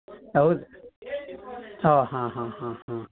ಹೌದ್ ಹಾಂ ಹಾಂ ಹಾಂ ಹಾಂ ಹಾಂ